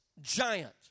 giant